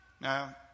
Now